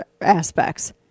aspects